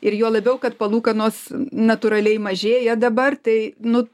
ir juo labiau kad palūkanos natūraliai mažėja dabar tai nu